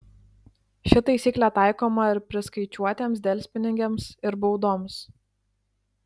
ši taisyklė taikoma ir priskaičiuotiems delspinigiams ir baudoms